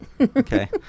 Okay